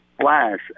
flash